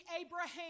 Abraham